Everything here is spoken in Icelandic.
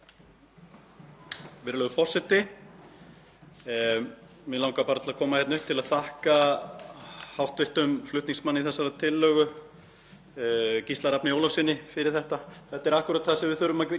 Gísla Rafni Ólafssyni. Þetta er akkúrat það sem við þurfum að gera á þessu þingi. Við þurfum að vera vakandi fyrir því sem við sendum frá okkur, þeim áhrifum sem það hefur.